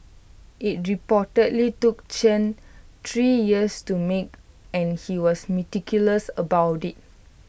IT reportedly took Chen three years to make and he was meticulous about IT